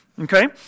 Okay